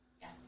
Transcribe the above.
Yes